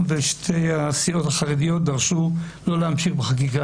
ושתי הסיעות החרדיות דרשו גם משמיר וגם מפרס לא להמשיך בחקיקה.